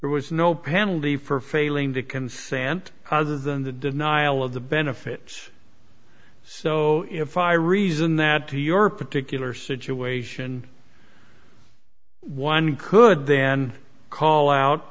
there was no penalty for failing to consent other than the denial of the benefits so if i reasoned that to your particular situation one could then call out